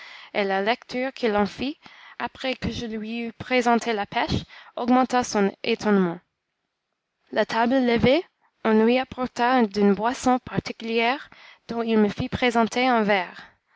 et la lecture qu'il en fit après que je lui eus présenté la pêche augmenta son étonnement la table levée on lui apporta d'une boisson particulière dont il me fit présenter un verre